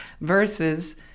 versus